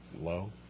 Low